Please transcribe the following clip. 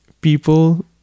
people